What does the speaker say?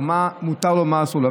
מה מותר לו ומה אסור לו.